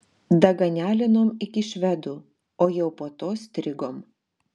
daganialinom iki švedų o jau po to strigom